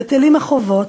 בטלים החובות,